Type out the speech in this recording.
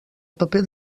paper